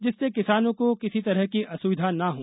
जिससे किसानों को किसी तरह की असुविधा न हो